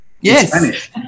Yes